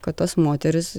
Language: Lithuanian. kad tos moterys